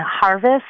harvest